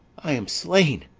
i am slain!